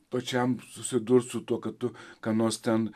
pačiam susidurt su tuo kad tu ką nors ten